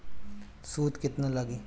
सूद केतना लागी?